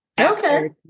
Okay